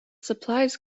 supplies